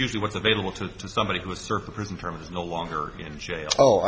usually what's available to somebody who is surf a prison term is no longer in jail oh